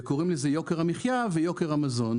וקוראים לזה יוקר המחיה ויוקר המזון.